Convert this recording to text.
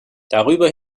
darüber